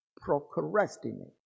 procrastinate